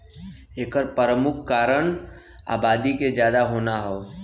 एकर परमुख कारन आबादी के जादा होना हौ